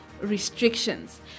restrictions